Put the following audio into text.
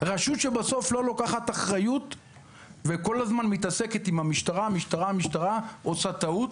רשות שבסוף לא לוקחת אחריות וכל הזמן מתעסקת עם המשטרה עושה טעות.